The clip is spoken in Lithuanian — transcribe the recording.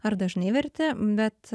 ar dažnai verti bet